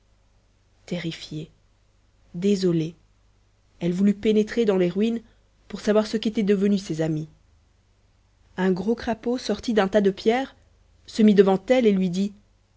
terrifiée désolée elle voulut pénétrer dans les ruines pour savoir ce qu'étaient devenus ses amis un gros crapaud sortit d'un tas de pierres se mit devant elle et lui dit